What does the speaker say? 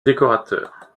décorateur